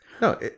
No